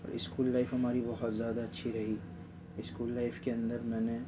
school life ہماری بہت زیادہ اچھی رہی اسکول لائف کے اندر میں نے